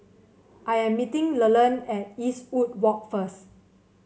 I am meeting Leland at Eastwood Walk first